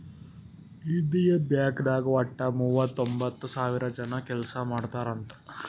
Indian bank ನಾಗ್ ವಟ್ಟ ಮೂವತೊಂಬತ್ತ್ ಸಾವಿರ ಜನ ಕೆಲ್ಸಾ ಮಾಡ್ತಾರ್ ಅಂತ್